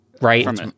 right